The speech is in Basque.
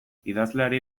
idazleari